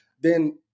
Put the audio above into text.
then-